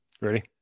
Ready